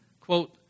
quote